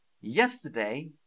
Yesterday